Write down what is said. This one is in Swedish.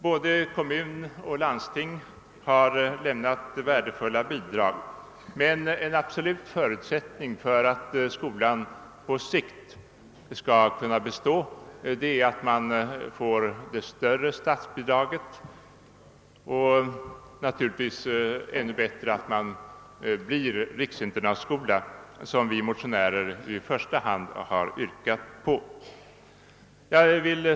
Både kommun och landsting har lämnat värdefulla bidrag, men en absolut förutsättning för att skolan på sikt skall kunna bestå är att den får det större statsbidraget. Naturligtvis vore det ännu bättre om skolan bleve riksinternatskola, som vi motionärer i första hand yrkar. Herr talman!